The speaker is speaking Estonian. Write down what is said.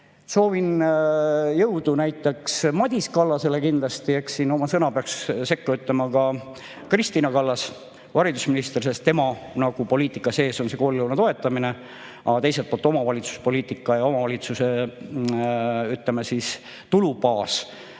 soovin jõudu Madis Kallasele kindlasti. Eks oma sõna peaks sekka ütlema ka Kristina Kallas, haridusminister, sest tema poliitika sees on koolilõuna toetamine. Aga teiselt poolt omavalitsuspoliitika ja omavalitsuse tulubaas